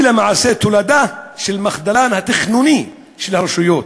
היא למעשה תולדה של מחדלן התכנוני של הרשויות.